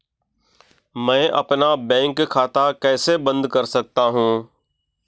मैं अपना बैंक खाता कैसे बंद कर सकता हूँ?